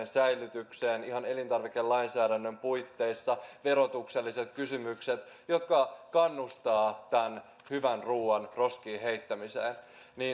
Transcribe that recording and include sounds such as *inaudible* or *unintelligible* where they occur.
*unintelligible* säilytykseen ihan elintarvikelainsäädännön puitteissa verotukselliset kysymykset jotka kannustavat tämän hyvän ruuan roskiin heittämiseen